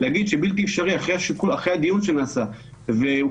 להגיד שבלתי אפשרי אחרי הדיו שנעשה והוחלט,